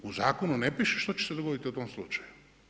U zakonu ne piše što će se dogodit u tom slučaju.